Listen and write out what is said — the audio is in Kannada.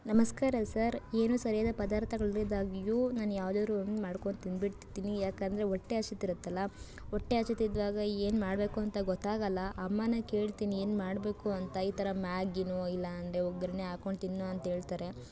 ನಮಸ್ಕಾರ ಸರ್ ಏನು ಸರಿಯಾದ ಪದಾರ್ಥಗಳು ಇಲ್ಲದಿದ್ದಾಗ್ಯೂ ನಾನು ಯಾವ್ದಾದ್ರು ಒಂದು ಮಾಡ್ಕೊಂಡು ತಿನ್ಬಿಡ್ತೀನಿ ಯಾಕಂದರೆ ಹೊಟ್ಟೆ ಹಸಿತಿರುತ್ತಲ ಹೊಟ್ಟೆ ಹಸೀತಿದ್ದಾಗ ಏನು ಮಾಡಬೇಕೂಂತ ಗೊತ್ತಾಗೋಲ್ಲ ಅಮ್ಮನ್ನ ಕೇಳ್ತೀನಿ ಏನು ಮಾಡಬೇಕು ಅಂತ ಈ ಥರ ಮ್ಯಾಗಿನೋ ಇಲ್ಲಾಂದರೆ ಒಗ್ಗರಣೆ ಹಾಕ್ಕೊಂಡು ತಿನ್ನು ಅಂತ ಹೇಳ್ತಾರೆ